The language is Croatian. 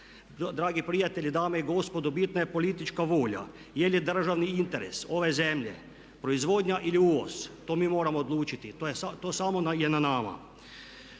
Dragi prijatelji, dame i gospodo bitna je politička volja. Je li državni interes ove zemlje proizvodnja ili uvoz? To mi moramo odlučiti. To je samo na nama.